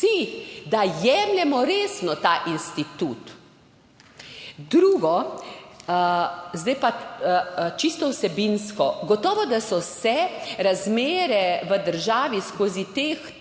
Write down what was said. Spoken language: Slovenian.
da jemljemo resno ta institut. Drugo, zdaj pa čisto vsebinsko. Gotovo, da so se razmere v državi skozi teh